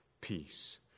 peace